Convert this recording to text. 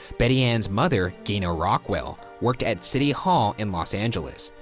betty ann's mother, gaynell rockwell, worked at city hall in los angeles.